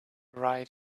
right